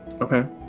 Okay